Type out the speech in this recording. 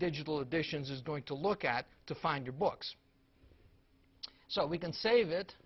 digital editions is going to look at to find your books so we can save it